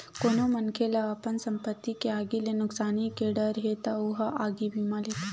कोनो मनखे ल अपन संपत्ति के आगी ले नुकसानी के डर हे त ओ ह आगी बीमा लेथे